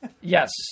yes